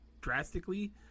drastically